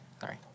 sorry